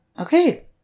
Okay